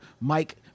Mike